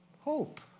Hope